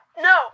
no